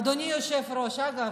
אדוני היושב-ראש, אגב,